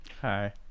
Hi